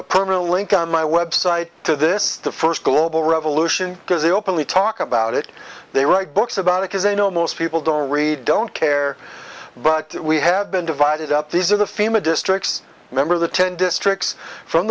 a permanent link on my website to this the first global revolution because they openly talk about it they write books about it as i know most people don't read don't care but we have been divided up these are the fema districts remember the ten districts from